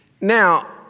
Now